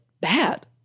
bad